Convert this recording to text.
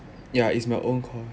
yeah it's my own course